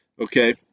okay